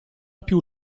più